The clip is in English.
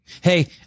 Hey